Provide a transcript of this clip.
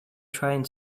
trying